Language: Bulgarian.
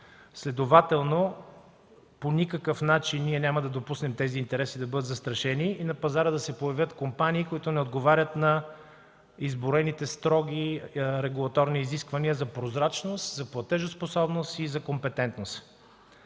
Следователно по никакъв начин няма да допуснем тези интереси да бъдат застрашени и на пазара да се появят компании, които не отговарят на изброените строги и регулаторни изисквания за прозрачност, за платежоспособност и за компетентност.